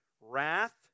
wrath